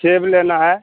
सेब लेना है